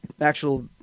actual